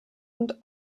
und